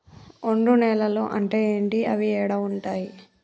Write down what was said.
ఒండ్రు నేలలు అంటే ఏంటి? అవి ఏడ ఉంటాయి?